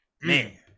man